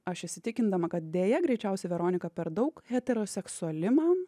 aš įsitikindama kad deja greičiausiai veronika per daug heteroseksuali man